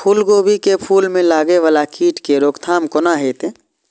फुल गोभी के फुल में लागे वाला कीट के रोकथाम कौना हैत?